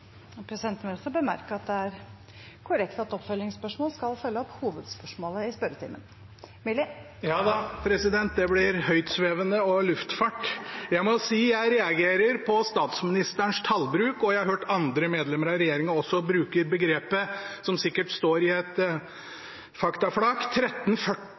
Presidenten vil også bemerke at det er korrekt at oppfølgingsspørsmål skal følge opp hovedspørsmålet i spørretimen. Jada, president, det blir høytsvevende og luftfart. Jeg må si jeg reagerer på statsministerens tallbruk, og jeg har hørt andre medlemmer av regjeringen også bruke begrepet, som sikkert står i et